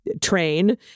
train